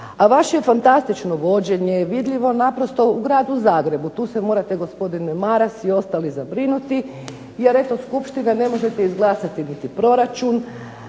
A fantastično vođenje je vidljivo naprosto u gradu Zagrebu. Tu se morate gospodine Maras i ostali zabrinuti, jer eto skupštine ne možete izglasati niti proračun,